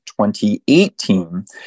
2018